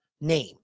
name